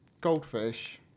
Goldfish